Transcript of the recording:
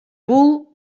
бул